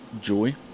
Joy